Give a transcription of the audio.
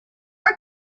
are